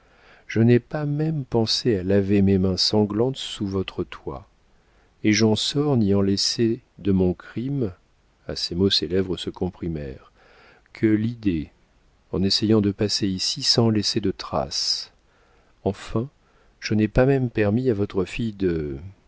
je n'ai pas même pensé à laver mes mains sanglantes sous votre toit et j'en sors n'y ayant laissé de mon crime à ces mots ses lèvres se comprimèrent que l'idée en essayant de passer ici sans laisser de trace enfin je n'ai pas même permis à votre fille de